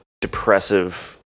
depressive